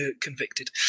convicted